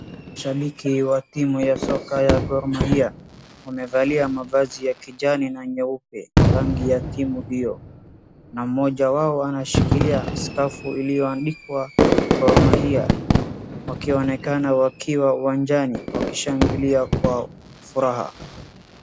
Shabiki wa timu ya soka ya Gor Mahia, wamevalia mavazi ya kijani na nyeupe, rangi ya timu hiyo, na mmoja wao anashikilia skafu iliyoandikwa Gor Mahia, wakionekana wakiwa uwanjani, wakishangilia kwa furaha.